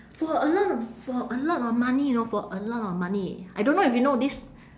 for a lot of for a lot of money you know for a lot of money I don't know if you know this